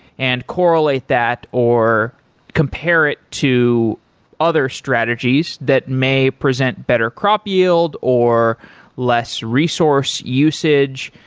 and correlate that or compare it to other strategies that may present better crop yield or less resource usage.